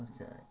Okay